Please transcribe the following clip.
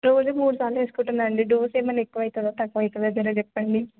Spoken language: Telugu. రోజుకి మూడు సార్లు వేసుకుంటున్నా అండి డోస్ ఏమైనా ఎక్కువ అవుతుందా తక్కువ అవుతుందా జర చెప్పండి